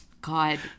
God